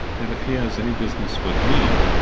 that, if he has any business with me,